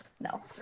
no